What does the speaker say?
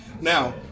Now